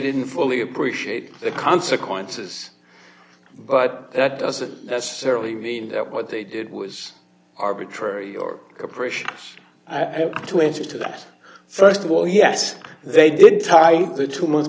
didn't fully appreciate the consequences but that doesn't necessarily mean that what they did was arbitrary or capricious to answer to that st of all yes they didn't tie the two month